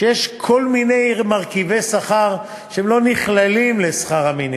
כי יש כל מיני מרכיבי שכר שלא נכללים בשכר המינימום.